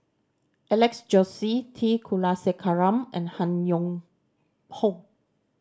Alex Josey T Kulasekaram and Han Yong Hong